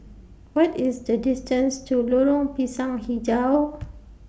What IS The distance to Lorong Pisang Hijau